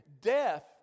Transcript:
Death